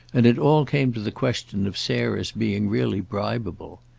and it all came to the question of sarah's being really bribeable.